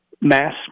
mass